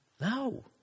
No